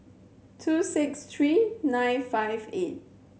two six three nine five eight